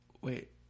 Wait